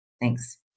Thanks